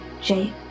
Jake